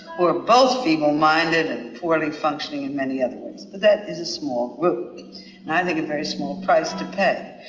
who are both feeble minded and poorly functioning in many other ways. but that is a small group and i think a very small price to pay.